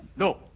no.